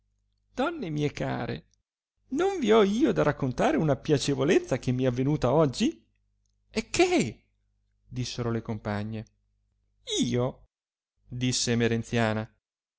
donne mie care non vi ho io da raccontare una piacevolezza che mi è avvenuta oggi e che dissero le compagne io disse emerenziana